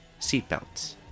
seatbelts